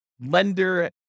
lender